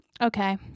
okay